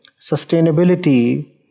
sustainability